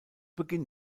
beginn